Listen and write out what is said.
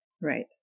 Right